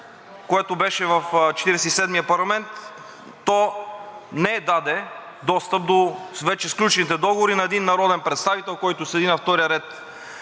Четиридесет и седмия парламент, то не даде достъп до вече сключените договори на един народен представител, който седи тук на втория ред,